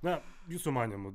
na jūsų manymu